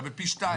אתה בפי שניים.